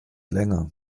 länger